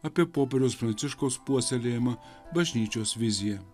apie popieriaus pranciškaus puoselėjimą bažnyčios viziją